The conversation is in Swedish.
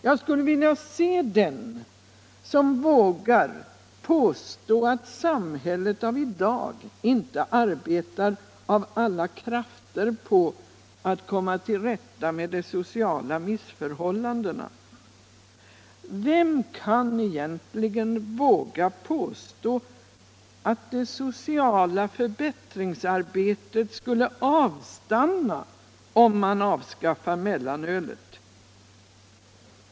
Jag skulle vilja se den som vågar påstå att samhället av i dag inte av alla krafter arbetar på att komma till rätta med de sociala missförhållandena. Vem kan egentligen våga påstå att det sociala förbättringsarbetet skulle avstanna om man avskaffade mellanölet?